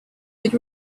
would